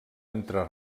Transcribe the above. entre